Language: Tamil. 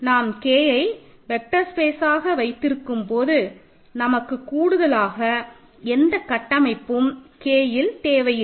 நாம் Kஐ வெக்டர் ஸ்பேஸ்ஆக வைத்திருக்கும்போது நமக்கு கூடுதலாக எந்த கட்டமைப்பும் Kல் தேவையில்லை